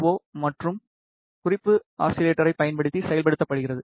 ஓ மற்றும் குறிப்பு ஆஸிலேட்டரைப் பயன்படுத்தி செயல்படுத்தப்படுகிறது